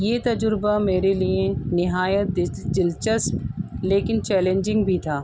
یہ تجربہ میرے لیے نہایت دل دلچسپ لیکن چیلنجنگ بھی تھا